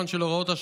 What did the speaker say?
תקופות),